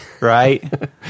right